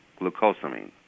glucosamine